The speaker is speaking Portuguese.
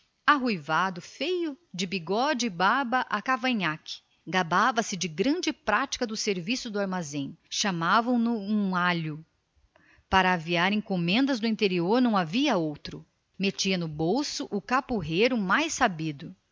arruivado feio de bigode e barba e cavanhaque gabava se de grande prática de balcão chamavam-lhe um alho para aviar encomendas do interior não havia outro cordeiro metia no bolso o capurreiro mais sabido